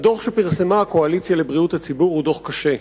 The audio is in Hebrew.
הדוח שפרסמה "הקואליציה לבריאות הציבור" הוא דוח קשה.